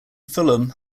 fulham